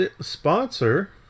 sponsor